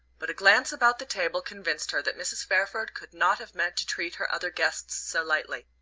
but a glance about the table convinced her that mrs. fairford could not have meant to treat her other guests so lightly.